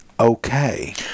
Okay